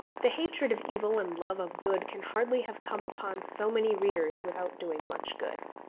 the hatred of evil and love of good can hardly have come upon so many readers without doing much good.